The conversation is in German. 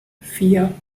vier